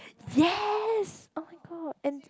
yes oh-my-god and